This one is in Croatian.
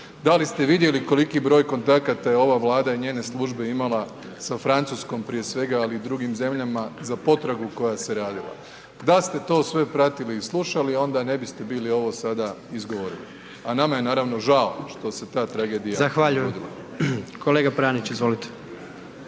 da li ste vidjeli koliki broj kontakata je ova Vlada i njene službe imala sa Francuskom prije svega, ali i drugim zemljama za potragu koja se radila, da ste to sve pratili i slušali onda ne biste bili ovo sada izgovorili, a nama je naravno žao što se ta tragedija …/Upadica: Zahvaljujem/… dogodila.